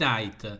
Night